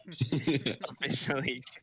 officially